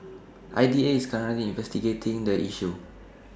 I D A is currently investigating the issue